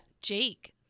Jake